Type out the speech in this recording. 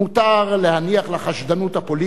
מותר להניח לחשדנות הפוליטית,